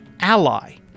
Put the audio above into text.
ally